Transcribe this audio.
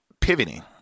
pivoting